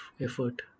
effort